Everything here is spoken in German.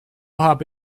habe